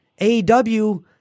AEW